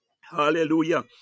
Hallelujah